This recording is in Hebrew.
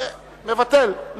מבטל.